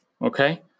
Okay